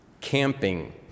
camping